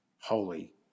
holy